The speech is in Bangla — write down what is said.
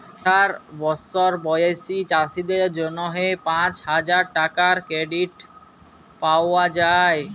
আঠার বসর বয়েসী চাষীদের জ্যনহে পাঁচ হাজার টাকার কেরডিট পাউয়া যায়